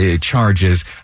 charges